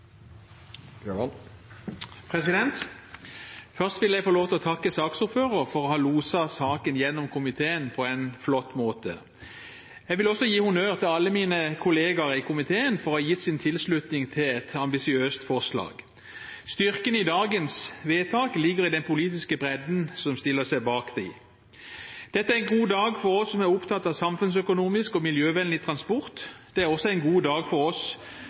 Først vil jeg få takke saksordføreren for å ha loset saken gjennom komiteen på en flott måte. Jeg vil også gi honnør til alle mine kollegaer i komiteen for å ha gitt sin tilslutning til et ambisiøst forslag. Styrken i dagens vedtak ligger i den politiske bredden som stiller seg bak. Dette er en god dag for oss som er opptatt av samfunnsøkonomisk og miljøvennlig transport. Det er også en god dag for oss